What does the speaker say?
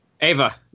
Ava